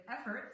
efforts